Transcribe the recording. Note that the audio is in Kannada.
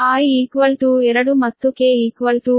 i 2 ಮತ್ತು k 1